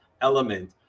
element